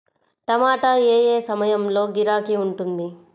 టమాటా ఏ ఏ సమయంలో గిరాకీ ఉంటుంది?